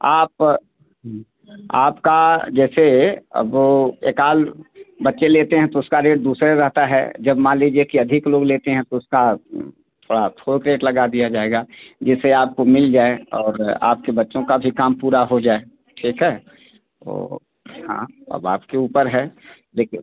आप आपका जैसे अब एकाल बच्चे लेते हैं तो उसका रेट दूसरे रहता है जब मान लीजिए कि अधिक लोग लेते हैं तो उसका थोड़ा थोक रेट लगा दिया जाएगा जिससे आपको मिल जाए और आपके बच्चों का भी काम पूरा हो जाए ठीक है तो हाँ अब आपके ऊपर है देखिए